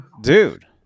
dude